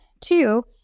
two